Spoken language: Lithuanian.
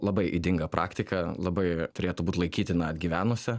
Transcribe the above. labai ydinga praktika labai turėtų būt laikytina atgyvenusia